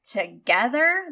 together